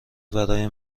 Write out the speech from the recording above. برای